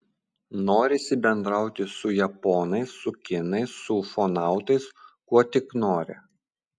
norisi bendrauti su japonais su kinais su ufonautais kuo tik nori